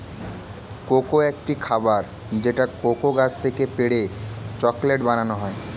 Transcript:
cocoa একটি খাবার যেটা কোকো গাছ থেকে পেড়ে চকলেট বানানো হয়